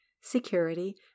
security